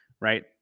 right